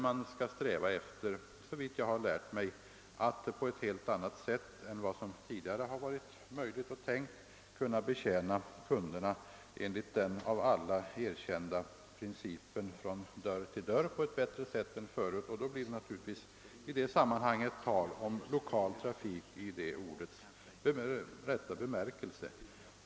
Man skall sträva efter, såvitt jag har lärt mig, att på ett helt annat sätt än vad som tidigare har varit möjligt och tänkt, kunna betjäna kunderna enligt den av alla erkända principen från-dörr-till-dörr bättre än förut, och då blir det i detta sammanhang naturligtvis tal om lokal trafik i det ordets rätta bemärkelse.